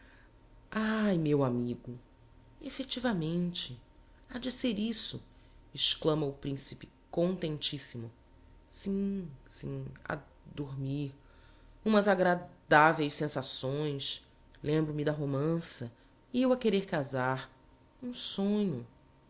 ai meu amigo effectivamente ha de ser isso exclama o principe contentissimo sim sim a dor dormir umas agrad aveis sensações lembro-me da romança e eu a querer casar um sonho